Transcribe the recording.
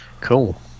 cool